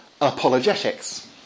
apologetics